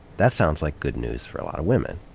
that sounds like good news for a lot of women.